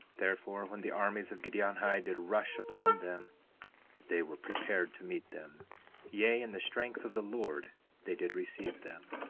therefore, when the armies of giddianhi did rush upon them they were prepared to meet them yea, in the strength of the lord they did receive them.